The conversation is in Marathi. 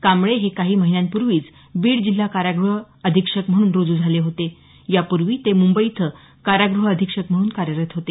कांबळे हे काही महिन्यांपूर्वीच बीड जिल्हा काराग़ह अधीक्षक म्हणून रूजू झाले होते यापूर्वी ते मुंबई इथं काराग्रह अधीक्षक म्हणून कार्यरत होते